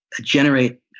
generate